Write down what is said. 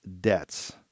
debts